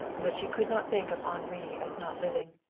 but she could not think of henri as not living.